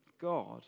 God